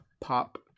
pop